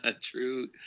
True